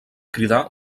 cridar